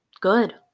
good